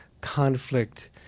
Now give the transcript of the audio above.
conflict